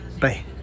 Bye